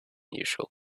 usual